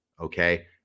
Okay